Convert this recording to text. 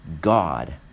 God